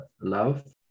love